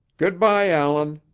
good-by, allan.